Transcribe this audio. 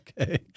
Okay